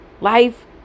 life